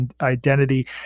identity